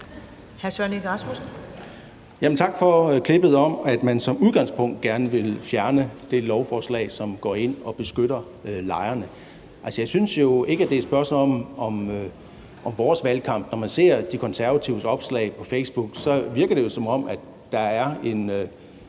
Tak for klippet om, at man som udgangspunkt gerne vil fjerne det lovforslag, som går ind og beskytter lejerne. Altså, jeg synes jo ikke, at det er et spørgsmål om vores valgkamp. Når man ser De Konservatives opslag på Facebook, virker det jo, som om der er en,